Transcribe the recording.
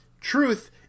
truth